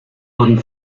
wurden